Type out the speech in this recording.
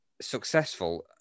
successful